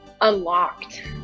unlocked